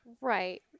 right